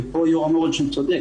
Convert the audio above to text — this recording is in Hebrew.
פה אמר יורם משהו צודק,